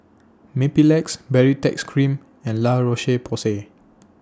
Mepilex Baritex Cream and La Roche Porsay